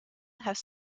have